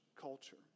culture